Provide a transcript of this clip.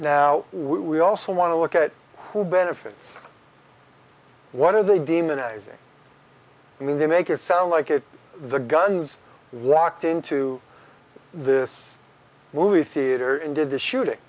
now we also want to look at who benefits what are they demonizing and then they make it sound like it the guns walked into the movie theater and did the shooting